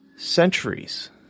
centuries